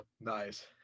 Nice